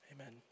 Amen